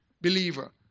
believer